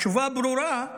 התשובה ברורה,